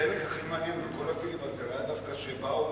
והחלק הכי מעניין בכל הפיליבסטר היה דווקא שבאו